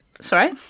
Sorry